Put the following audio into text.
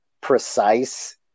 precise